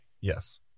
Yes